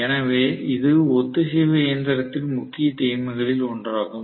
எனவே இது ஒத்திசைவு இயந்திரத்தின் முக்கிய தீமைகளில் ஒன்றாகும்